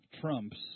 trumps